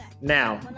Now